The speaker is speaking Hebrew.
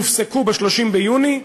יופסקו ב-30 ביוני,